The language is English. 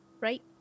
right